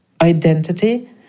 identity